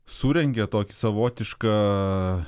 surengė tokį savotišką